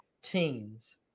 Teens